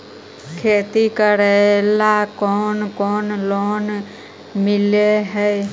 खेती करेला कौन कौन लोन मिल हइ?